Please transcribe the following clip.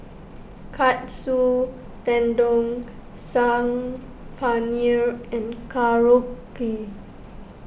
Katsu Tendon Saag Paneer and Korokke